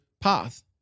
path